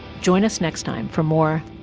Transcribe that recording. join us next time for more.